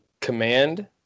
command